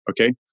Okay